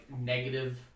negative